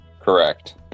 Correct